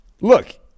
Look